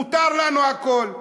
מותר לנו הכול.